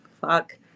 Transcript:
Fuck